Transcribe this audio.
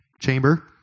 chamber